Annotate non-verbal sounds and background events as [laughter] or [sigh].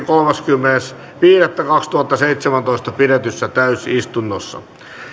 [unintelligible] kolmaskymmenes viidettä kaksituhattaseitsemäntoista pidetyssä täysistunnossa